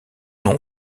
nom